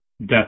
death